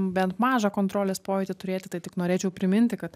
bent mažą kontrolės pojūtį turėti tai tik norėčiau priminti kad